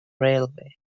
railway